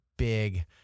big